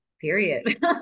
period